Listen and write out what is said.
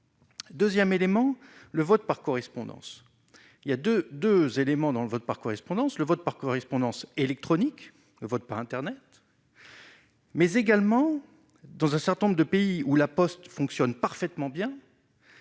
revu 2ème élément, le vote par correspondance, il y a 2 2 éléments dans le vote par correspondance, le vote par correspondance électronique le vote par Internet. Mais également dans un certain nombre de pays où la Poste fonctionne parfaitement bien.